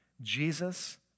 Jesus